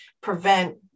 prevent